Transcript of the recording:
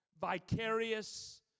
vicarious